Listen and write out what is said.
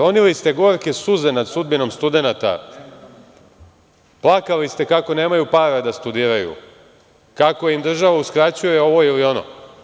Ronili ste gorke suze nad sudbinom studenata, plakali ste kako nemaju para da studiraju, kako im država uskraćuje ovo ili ono.